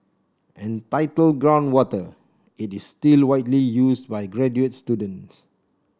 entitled Groundwater it is still widely used by graduate students